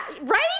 right